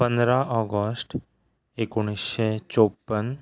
पंदरा ऑगस्ट एकुणशे छौप्पन